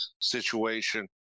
situation